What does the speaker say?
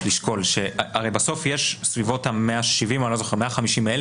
לשקול: הרי בסוף יש בסביבות כ-170,000 או 150,000